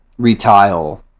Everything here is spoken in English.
retile